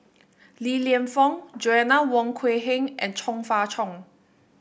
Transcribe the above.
Li Lienfung Joanna Wong Quee Heng and Chong Fah Cheong